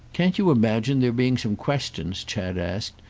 can't you imagine there being some questions, chad asked,